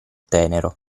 tenero